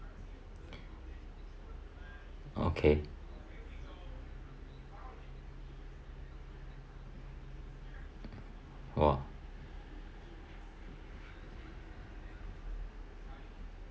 okay !wah!